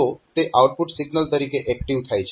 તો તે output signal તરીકે એક્ટીવ થાય છે